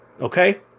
okay